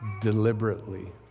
deliberately